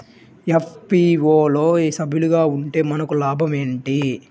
FPO లో సభ్యులుగా ఉంటే మనకు లాభం ఏమిటి?